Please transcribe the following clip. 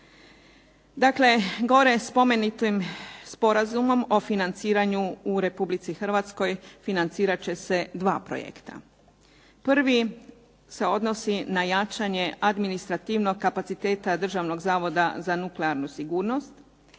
Dakle, gore spomenutim sporazumom o financiranju u Republici Hrvatskoj financirat će se dva projekta. Prvi se odnosi na jačanje administrativnog kapaciteta Državnog zavoda za nuklearnu sigurnost.